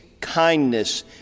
kindness